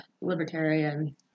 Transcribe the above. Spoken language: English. libertarian